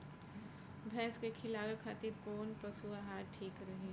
भैंस के खिलावे खातिर कोवन पशु आहार ठीक रही?